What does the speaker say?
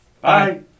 Bye